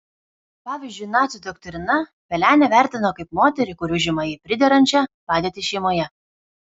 pavyzdžiui nacių doktrina pelenę vertino kaip moterį kuri užima jai priderančią padėtį šeimoje